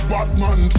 Batman